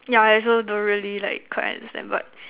yeah I also don't really like quite understand but